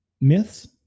myths